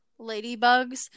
ladybugs